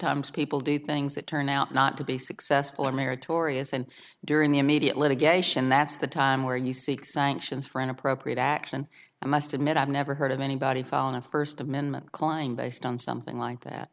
times people do things that turn out not to be successful or meritorious and during the immediate litigation that's the time where you seek sanctions for an appropriate action i must admit i've never heard of anybody fallen a first amendment kline based on something like that